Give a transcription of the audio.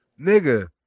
Nigga